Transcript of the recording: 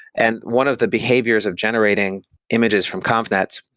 and one of the behaviors of generating images from conv nets,